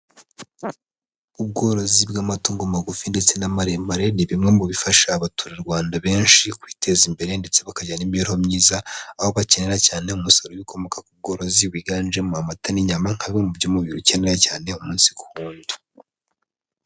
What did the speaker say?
Ubworozi bw'amatungo magufi ndetse n'amaremare ni bimwe mu bifasha abaturarwanda benshi kwiteza imbere ndetse bakagira n'imibereho myiza aho bakenera cyane umusaruro ukomoka ku bworozi wiganjemo amata n'inyama nka bimwe mu byo umubiri ukene cyane umunsi ku wundi.